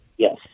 Yes